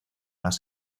las